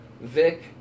Vic